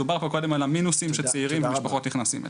דובר פה קודם על המינוסים שצעירים ומשפחות נכנסים אליהם.